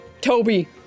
Toby